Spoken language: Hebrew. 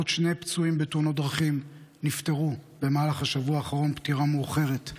עוד שני פצועים בתאונות דרכים נפטרו במהלך השבוע האחרון פטירה מאוחרת.